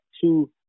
two